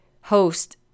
host